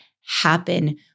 happen